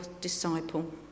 disciple